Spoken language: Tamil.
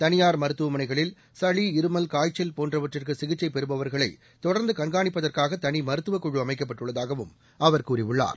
தனியார் மருத்துவமனைகளில் சளி இருமல் காய்ச்சல் போன்றவற்றுக்கு சிகிச்சை பெறுபவர்களை தொடர்ந்து கண்காணிப்பதற்காக தனி மருத்துவக்குழு அமைக்கப்பட்டுள்ளதாகவும் அவர் கூறியுள்ளார்